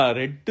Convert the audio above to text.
red